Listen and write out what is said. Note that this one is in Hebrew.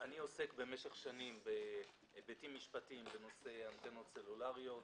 אני עוסק במשך שנים בהיבטים משפטיים בנושא אנטנות סלולריות.